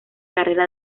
carrera